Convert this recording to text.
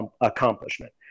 accomplishment